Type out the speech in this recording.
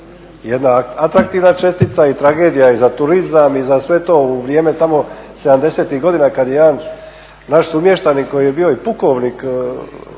jedna atraktivna čestica i tragedija je za turizam i sve to. U vrijeme sedamdesetih godina kada je jedan naš sumještanin koji je bio i pukovnik